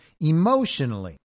emotionally